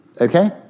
okay